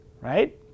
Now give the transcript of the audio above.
Right